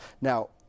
Now